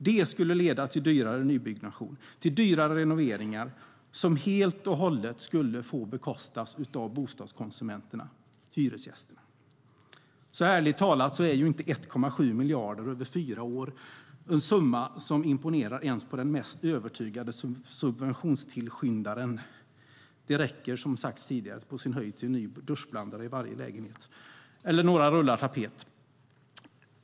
Det skulle leda till dyrare nybyggnation och dyrare renoveringar som helt och hållet skulle få bekostas av bostadskonsumenterna, det vill säga hyresgästerna. Ärligt talat är inte 1,7 miljarder över fyra år en summa som imponerar ens på den mest övertygade subventionstillskyndaren. Det räcker som sagt på sin höjd till en ny duschblandare i varje lägenhet eller några rullar tapet.